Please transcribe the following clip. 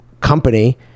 company